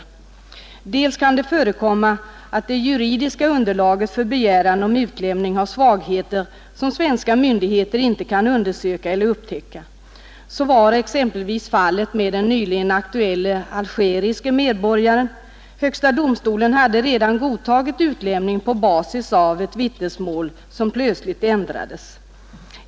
För det andra kan det förekomma att det juridiska underlaget för en begäran om utlämning har svagheter som svenska myndigheter inte kan undersöka eller upptäcka. Så var exempelvis fallet med den nyligen aktuelle algeriske medborgaren. Högsta domstolen hade redan godtagit utlämningsbegäran på basis av ett vittnesmål som plötsligt ändrades.